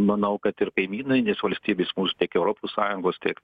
manau kad ir kaimynai nes valstybės mūsų tiek europos sąjungos tiek